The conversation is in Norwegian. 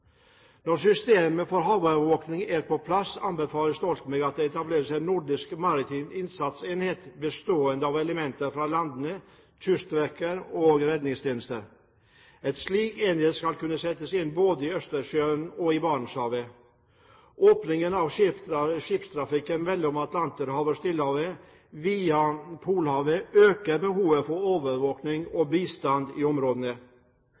Når systemet for havovervåkning er på plass, anbefaler Stoltenberg at det etableres en nordisk maritim innsatsenhet bestående av elementer fra landenes kystvakter og redningstjenester. En slik enhet skal kunne settes inn både i Østersjøen og i Barentshavet. Åpning for skipstrafikk mellom Atlanterhavet og Stillehavet via Polhavet øker behovet for overvåkning og bistand i